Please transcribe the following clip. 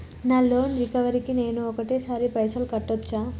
నా loan recovery కి నేను ఒకటేసరి పైసల్ కట్టొచ్చా?